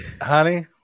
honey